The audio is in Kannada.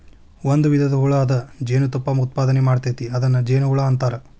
ಒಂದು ವಿಧದ ಹುಳು ಅದ ಜೇನತುಪ್ಪಾ ಉತ್ಪಾದನೆ ಮಾಡ್ತತಿ ಅದನ್ನ ಜೇನುಹುಳಾ ಅಂತಾರ